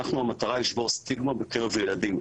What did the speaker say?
אנחנו, המטרה לשבור סטיגמה בקרב ילדים.